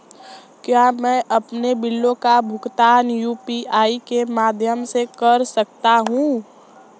क्या मैं अपने बिलों का भुगतान यू.पी.आई के माध्यम से कर सकता हूँ?